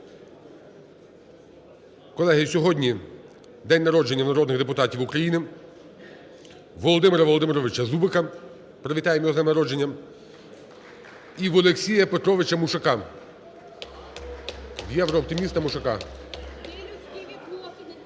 Колеги, сьогодні день народження народних депутатів України Володимира Володимировича Зубика (привітаємо його з днем народження) і в Олексія Петровича Мушака, в єврооптиміста Мушака.